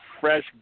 fresh